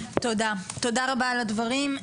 תודה רבה על הדברים.